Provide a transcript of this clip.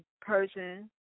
person